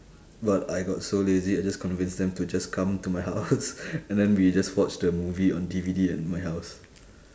but I got so lazy I just convince them to just come to my house and then we just watch the movie on D_V_D at my house